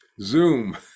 Zoom